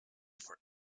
for